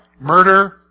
Murder